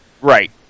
Right